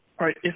right